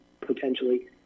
potentially